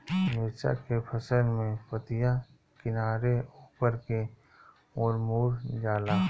मिरचा के फसल में पतिया किनारे ऊपर के ओर मुड़ जाला?